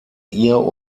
ihr